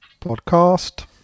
Podcast